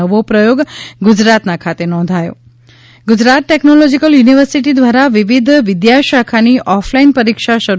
નવો પ્રયોગ ગુજરાતના ખાતે નોંધાયો ગુજરાત ટેક્નોલોજીકલ યુનિવર્સિટી દ્વારા વિવિધ વિદ્યાશાખાની ઓફલાઈન પરીક્ષા શરૂ